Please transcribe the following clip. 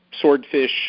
swordfish